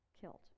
killed